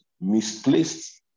misplaced